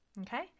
Okay